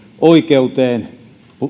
oikeuteen